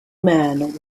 man